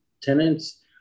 tenants